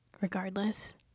Regardless